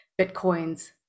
bitcoins